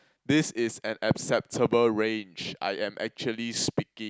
this is an acceptable range I am actually speaking